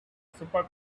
super